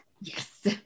Yes